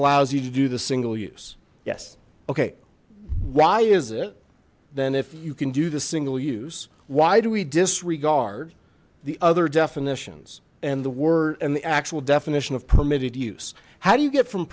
allows you to do the single use yes okay why is it then if you can do the single use why do we disregard the other definitions and the word and the actual definition of permitted use how do you get from